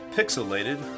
Pixelated